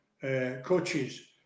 coaches